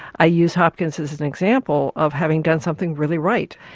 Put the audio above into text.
i use hopkins as an example of having done something really right.